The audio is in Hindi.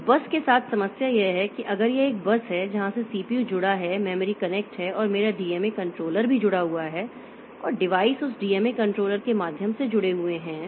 तो बस के साथ समस्या यह है कि अगर यह एक बस है जहां से सीपीयू जुड़ा है मेमोरी कनेक्ट है और मेरा डीएमए कंट्रोलर भी जुड़ा हुआ है और डिवाइस उस डीएमए कंट्रोलर के माध्यम से जुड़े हुए हैं